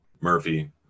Murphy